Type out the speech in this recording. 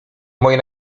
moje